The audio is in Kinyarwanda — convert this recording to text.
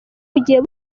bugiye